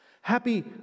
Happy